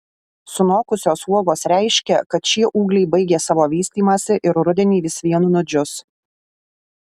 sunokusios uogos reiškia kad šie ūgliai baigė savo vystymąsi ir rudenį vis vien nudžius